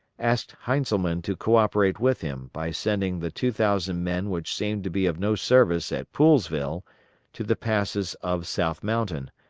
asked heintzelman to co-operate with him by sending the two thousand men which seemed to be of no service at poolesville to the passes of south mountain,